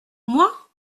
moi